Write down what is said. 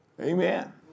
Amen